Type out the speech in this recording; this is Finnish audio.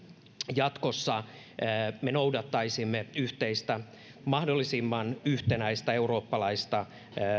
jatkossa me noudattaisimme yhteistä mahdollisimman yhtenäistä eurooppalaista